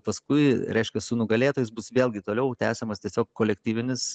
paskui reiškia su nugalėtojais bus vėlgi toliau tęsiamas tiesiog kolektyvinis